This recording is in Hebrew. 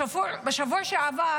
בשבוע שעבר